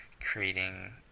creating